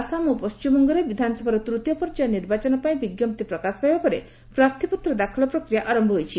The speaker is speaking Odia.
ଆସାମ ଓ ପଶ୍ଚିମବଙ୍ଗରେ ବିଧାନସଭାର ତୂତୀୟ ପର୍ଯ୍ୟାୟ ନିର୍ବାଚନ ପାଇଁ ବିଜ୍ଞପ୍ତି ପ୍ରକାଶ ପାଇବା ପରେ ପ୍ରାର୍ଥୀପତ୍ର ଦାଖଲ ପ୍ରକ୍ରିୟା ଆରମ୍ଭ ହୋଇଛି